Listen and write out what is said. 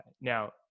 Now